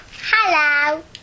Hello